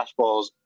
fastballs